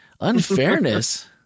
Unfairness